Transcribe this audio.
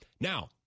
Now